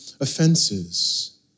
offenses